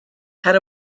had